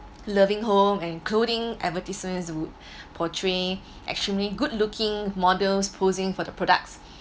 loving home and clothing advertisements would portray extremely good looking models posing for the products